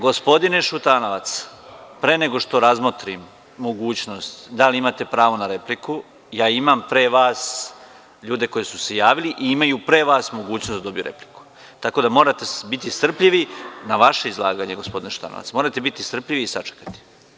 Gospodine Šutanovac pre nego što razmotrim mogućnost da li imate pravo na repliku, ja imam pre vas ljude koji su se javili i imaju pre vas mogućnost da dobiju repliku, tako da morate biti strpljivi, na vaše izlaganje, gospodine Šutanovac, morate biti strpljivi i sačekati.